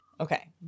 Okay